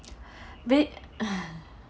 the